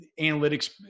analytics